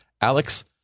Alex